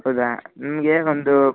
ಹೌದಾ ನಮಗೆ ಒಂದು